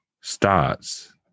Starts